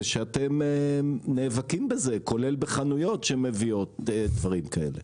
ושאתם נאבקים בזה כולל בחנויות שמביאות דברים כאלה.